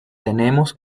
tenemos